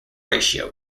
ratio